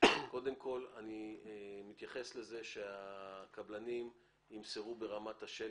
אני מציע שהקבלנים יישאו ברמת השלד,